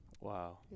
wow